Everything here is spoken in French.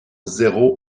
zéro